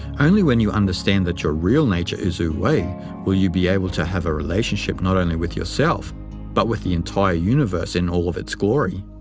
only when you understand that your real nature is ah wu-wei will you be able to have a relationship not only with yourself but with the entire universe in all of its glory.